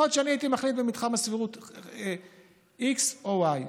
יכול להיות שהייתי מחליט במתחם הסבירות x או y,